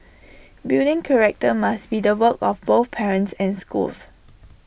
building character must be the work of both parents and schools